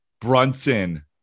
Brunson